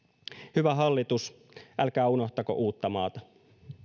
hyvä hallitus älkää unohtako uuttamaata